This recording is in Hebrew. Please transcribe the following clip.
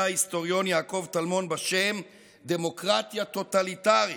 ההיסטוריון יעקב טלמון בשם "דמוקרטיה טוטליטרית"